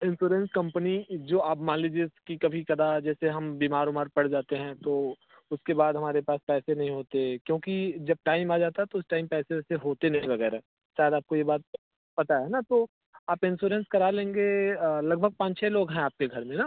insurance company जो आप मान लीजिए कि कभी कदा जैसे हम बीमार उमार पड़ जाते हैं तो उसके बाद हमारे पास पैसे नहीं होते क्योंकि जब टाइम आ जाता है तो उस टाइम पैसे वैसे होते नहीं वग़ैरह शायद आपको ये बात पता है ना तो आप इंश्योरेंस करा लेंगे लगभग पाँच लोग लोग हैं आपके घर में ना